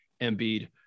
Embiid